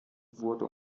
wurde